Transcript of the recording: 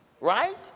right